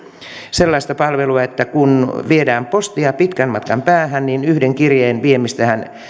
sellaista palvelua että kun viedään postia pitkän matkan päähän yhden kirjeen vieminenhän